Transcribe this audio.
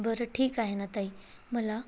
बरं ठीक आहे ना ताई मला